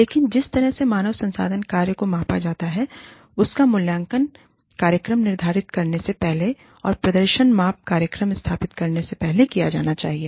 लेकिन जिस तरह से मानव संसाधन कार्य को मापा जाता है उसका मूल्यांकन कार्यक्रम निर्धारित होने से पहले और प्रदर्शन माप कार्यक्रम स्थापित होने से पहले किया जाना चाहिए